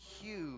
huge